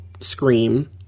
scream